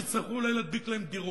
שיצטרכו אולי להדביק להן דירות.